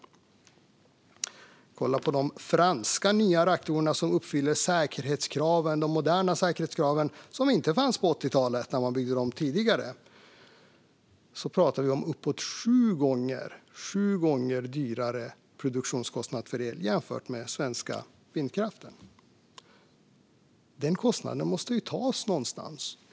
Vi kan också kolla på de nya franska reaktorerna, som uppfyller de moderna säkerhetskrav som inte fanns på 80-talet när man byggde de tidigare. Där pratar vi om uppåt sju gånger högre produktionskostnad för el jämfört med den svenska vindkraften. Denna kostnad måste tas någonstans.